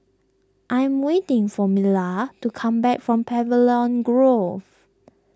I am waiting for Myla to come back from Pavilion Grove